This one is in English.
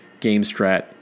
GameStrat